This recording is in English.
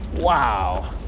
Wow